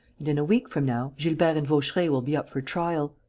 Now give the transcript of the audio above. in a week from now, gilbert and vaucheray will be up for trial.